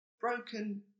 broken